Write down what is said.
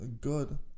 good